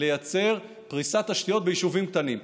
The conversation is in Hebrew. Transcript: לייצר פריסת תשתיות ביישובים קטנים,